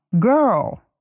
Girl